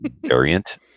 variant